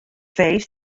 feest